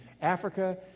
Africa